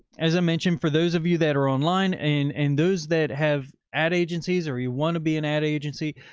as i mentioned, for those of you that are online and and those that have ad agencies, or you want to be an ad agency,